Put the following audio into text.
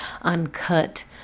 uncut